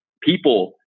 people